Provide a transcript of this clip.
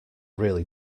really